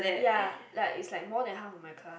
ya like is like more than half of my class